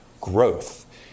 growth